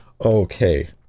Okay